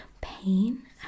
pain